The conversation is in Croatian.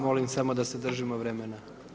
Molim samo da se držimo vremena.